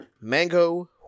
Mango